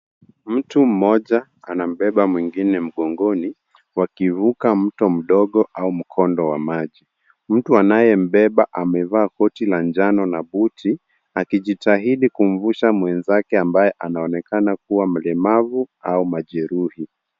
Mtu mmoja anambeba mwingine mgongoni wakivuka mto mdogo au mkondo wa maji. Mtu anayembeba amevaa koti la njano na buti akijitahidi kumvusha mwenzake ambaye anaonekana kuwa mlemavu au majeruhi.